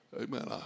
Amen